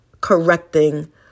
correcting